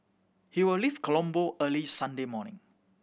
he will leave Colombo early Sunday morning